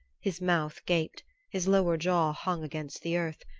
his mouth gaped his lower jaw hung against the earth,